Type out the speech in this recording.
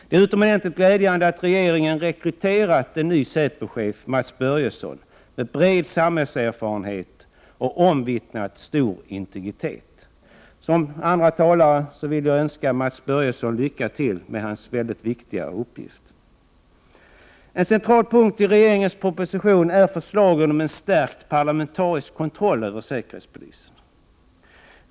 Det är utomordentligt glädjande att regeringen rekryterat en ny säpochef, Mats Börjesson, med bred samhällserfarenhet och omvittnat stor integritet. I likhet med andra talare vill jag önska Mats Börjesson lycka till med hans mycket viktiga uppgift. En central punkt i regeringens proposition är förslaget om en stärkt parlamentarisk kontroll över säkerhetspolisen.